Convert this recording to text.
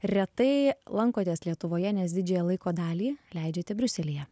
retai lankotės lietuvoje nes didžiąją laiko dalį leidžiate briuselyje